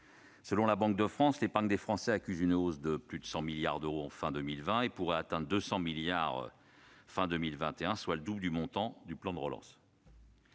Selon la Banque de France, l'épargne des Français accusait une hausse de plus de 100 milliards d'euros à la fin de 2020, et celle-ci pourrait atteindre 200 milliards à la fin de 2021, soit le double du montant du plan de relance.